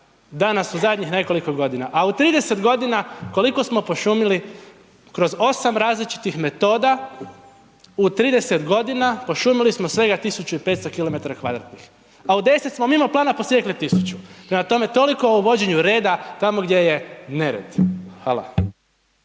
danas u zadnjih nekoliko godina, au 30 g. koliko smo pošumili? Kroz 8 različitih metoda u 30 g. pošumili smo svega 1500 km2 a u 10 smo mimo plana posjekli 1000, prema tome, toliko o uvođenju reda tamo gdje je nered, hvala.